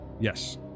Yes